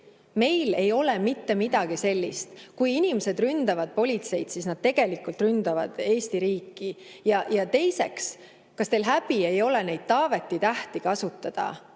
Meil ei ole mitte midagi sellist. Aga kui inimesed ründavad politseid, siis nad tegelikult ründavad Eesti riiki. Ja teiseks, kas teil häbi ei ole neid Taaveti tähti kasutada